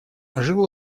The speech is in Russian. жил